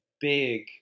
big